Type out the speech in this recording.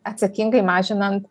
atsakingai mažinant